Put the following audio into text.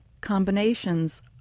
combinations